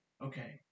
okay